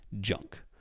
junk